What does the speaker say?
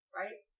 right